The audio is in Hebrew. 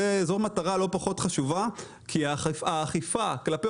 זו מטרה לא פחות חשובה כי האכיפה כלפי